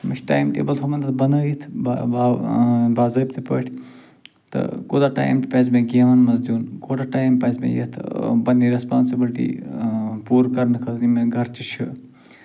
مےٚ چھُ time table تھوٚمُت بنٲوِتھ باضٲبطہٕ پٲٹھۍ تہٕ کوٗتاہ ٹایِم پَزِ مےٚ گیمن منٛز دیُن کوٗتاہ ٹایم پَزِ مےٚ یَتھ پنٛنہِ ریسپانسِبٕلِٹی پوٗرٕ کرنہٕ خٲطرٕ یِم مےٚ گرچہِ چھِ